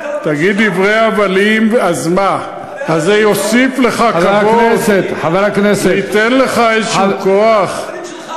אז זה יוסיף לך כבוד וייתן לך כוח כלשהו?